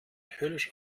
höllisch